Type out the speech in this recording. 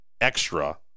extra